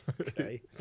Okay